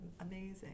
amazing